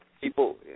people